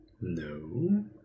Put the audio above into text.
No